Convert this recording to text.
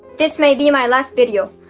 this may be my last video.